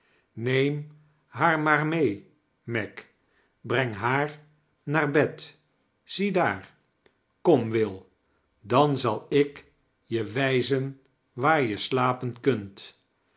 neem haar maar mee meg breng haar naar bed ziedaarl kom will dan zal ik je wijzen waar je slapen kunt